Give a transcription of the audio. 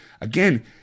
again